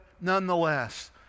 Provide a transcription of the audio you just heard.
nonetheless